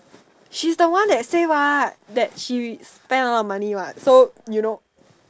she's the one that says what that she spend a lot of money what so you know